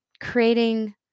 creating